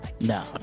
No